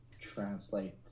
translate